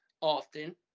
often